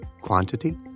quantity